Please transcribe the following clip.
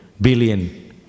billion